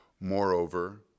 Moreover